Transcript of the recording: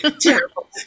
terrible